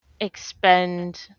expend